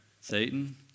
Satan